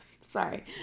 sorry